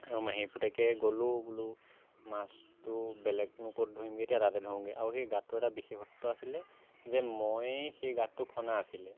আৰু মাহীৰ পুতেকে গ'লো বোলো মাছটো বেলেগনো ক'ত ধৰিমগে এতিয়া তাতে ধৰোংগে আও সেই গাঁতটোৰ এটা বিশেষত্ব আছিলে যে মইয়ে সেই গাঁতটো খনা আছিলে